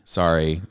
sorry